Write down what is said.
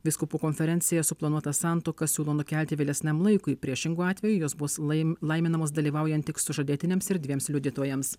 vyskupų konferencija suplanuotą santuoką siūlo nukelti vėlesniam laikui priešingu atveju jos bus lai laiminamos dalyvaujant tik sužadėtiniams ir dviems liudytojams